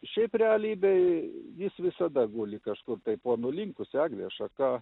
šiaip realybėj jis visada guli kažkur tai po nulinkusia eglės šaka